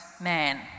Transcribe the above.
man